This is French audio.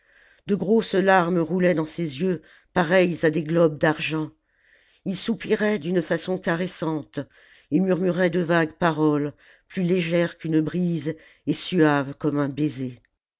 de grosses larmes roulaient dans ses yeux pareils à des globes d'argent ii soupirait d'une façon caressante et murmurait de vagues paroles plus légères qu'une brise et suaves comme un baiser